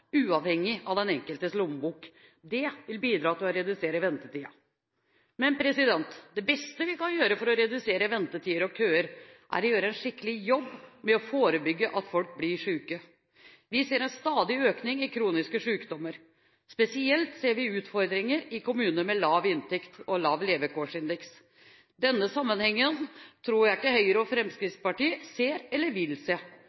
uavhengig av den enkeltes lommebok. Det vil bidra til å redusere ventetiden. Men det beste vi kan gjøre for å redusere ventetider og køer, er å gjøre en skikkelig jobb med å forebygge at folk blir syke. Vi ser en stadig økning i kroniske sykdommer. Spesielt ser vi utfordringer i kommuner med lav inntekt og lav levekårsindeks. Denne sammenhengen tror jeg ikke Høyre og